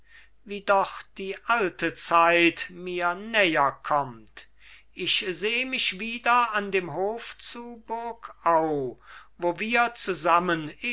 wie doch die alte zeit mir näherkommt ich seh mich wieder an dem hof zu burgau wo wir zusammen